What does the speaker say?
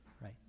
Right